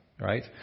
right